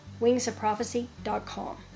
WingsOfProphecy.com